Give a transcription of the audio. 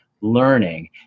learning